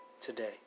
today